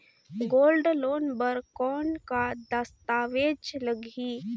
Gold loan बर कौन का दस्तावेज लगही?